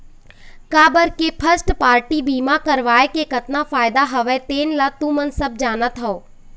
काबर के first party बीमा करवाय के कतका फायदा हवय तेन ल तुमन सब जानत हव